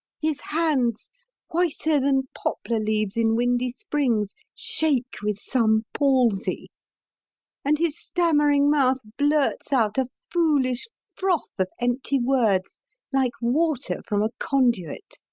his hands whiter than poplar leaves in windy springs, shake with some palsy and his stammering mouth blurts out a foolish froth of empty words like water from a conduit.